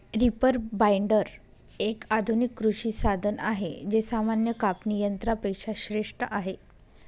reaper binder, एक आधुनिक कृषी साधन आहे जे सामान्य कापणी यंत्रा पेक्षा श्रेष्ठ आहे